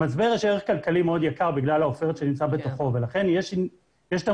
יש ערך כלכלי מאוד יקר בגלל העופרת שנמצאת בתוכו לכן יש תמריץ